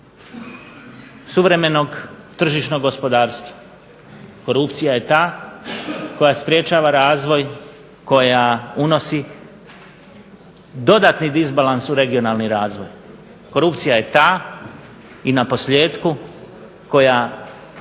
suvremenog tržišnog gospodarstva, korupcija je ta koja sprječava razvoj, koja unosi dodatni disbalans u regionalni razvoj, korupcija je ta i naposljetku koja